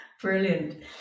Brilliant